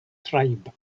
tribe